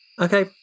okay